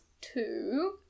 two